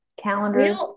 calendars